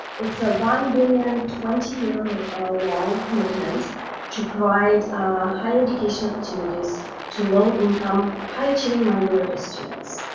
it's a one billion, twenty year long commitment to provide higher education opportunities to low-income, high achieving minority students.